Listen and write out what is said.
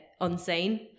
unsane